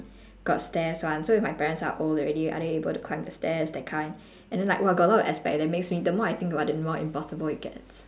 got stairs [one] so if my parents are old already are they able to climb the stairs that kind and then like !wah! got a lot of aspect that makes me freedom the more I think about it the more impossible it gets